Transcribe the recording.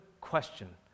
question